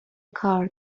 کار